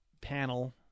panel